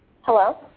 Hello